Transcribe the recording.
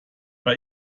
bei